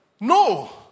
No